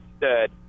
stood